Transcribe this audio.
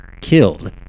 killed